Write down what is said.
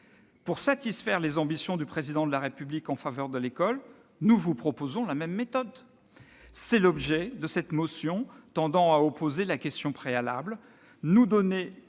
Pour satisfaire les ambitions du Président de la République en faveur de l'école, nous vous proposons la même méthode. C'est l'objet de cette motion tendant à opposer la question préalable : nous donner